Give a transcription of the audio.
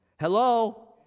Hello